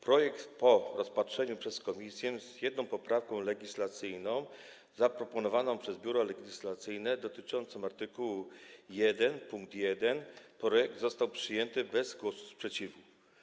Projekt po rozpatrzeniu przez komisję, z jedną poprawką legislacyjną zaproponowaną przez Biuro Legislacyjne, dotyczącą art. 1 pkt 1, został przyjęty bez głosów sprzeciwu.